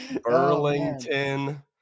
Burlington